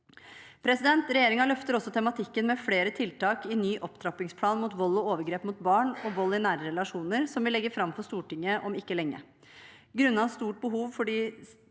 nyåret. Regjeringen løfter også tematikken med flere tiltak i ny opptrappingsplan mot vold og overgrep mot barn og vold i nære relasjoner, som vi skal legge fram for Stortinget om ikke lenge.